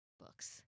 books